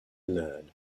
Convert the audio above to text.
learn